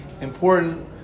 important